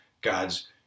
God's